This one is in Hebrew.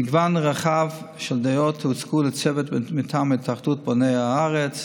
מגוון רחב של דעות הוצגו לצוות מטעם התאחדות בוני הארץ,